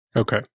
Okay